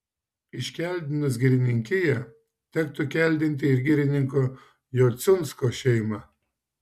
iškeldinus girininkiją tektų keldinti ir girininko jociunsko šeimą